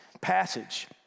passage